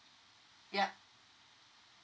yup